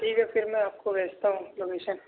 تھیک ہے پھر میں آپ کو بھیجتا ہوں لوکیشن